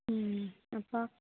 മ്മ് അപ്പം